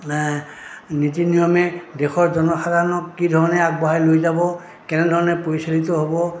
নীতি নিয়মে দেশৰ জনসাধাৰণক কি ধৰণে আগবঢ়াই লৈ যাব কেনেধৰণে পৰিচালিত হ'ব